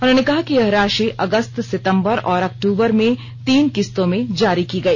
उन्होंने कहा कि यह राशि अगस्त सितम्बर और अक्टूबर में तीन किस्तों में जारी की गई